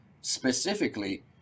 Specifically